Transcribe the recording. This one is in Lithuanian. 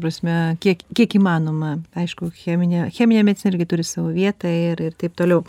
prasme kiek kiek įmanoma aišku cheminė cheminė medicina irgi turi savo vietą ir ir taip toliau